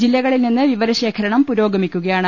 ജില്ലകളിൽ നിന്ന് വിവരശേഖരണം പുരോഗമിക്കുകയാണ്